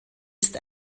ist